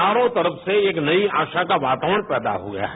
चारों तरफ से एक नई आशा का वातावरण पैदा हुआ है